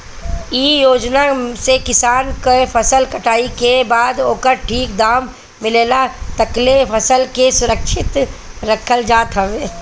इ योजना से किसान के फसल कटाई के बाद ओकर ठीक दाम मिलला तकले फसल के सुरक्षित रखल जात हवे